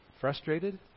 Frustrated